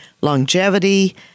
longevity